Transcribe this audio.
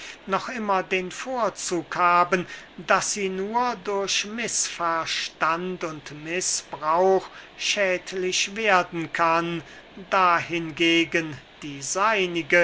noch immer den vorzug haben daß sie nur durch mißverstand und mißbrauch schädlich werden kann da hingegen die seinige